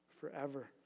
forever